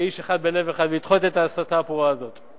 כאיש אחד, בלב אחד, ולדחות את ההסתה הפרועה הזאת.